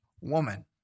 woman